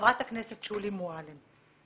וחברת הכנסת שולי מועלם,